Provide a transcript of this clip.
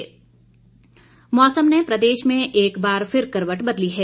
मौसम मौसम ने प्रदेश में एक बार फिर करवट बदली है